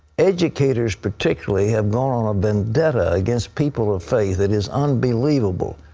educators, particularly, have gone on a vendetta against people of faith. it is unbelievable.